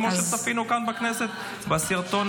כמו שצפינו כאן בכנסת בסרטון